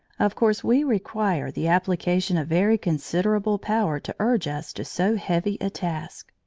of course we require the application of very considerable power to urge us to so heavy a task.